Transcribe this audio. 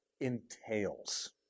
entails